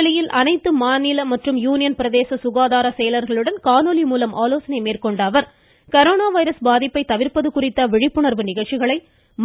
புதுதில்லியில் அனைத்து மாநில மற்றும் யூனியன் பிரதேச சுகாதார செயலர்களுடன் காணொலி மூலம் ஆலோசனை மேற்கொண்ட அவர் கரோனா வைரஸ் பாதிப்பை தவிர்ப்பது குறித்த விழிப்புணர்வு நிகழ்ச்சிகளை